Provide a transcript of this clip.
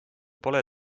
pole